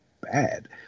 bad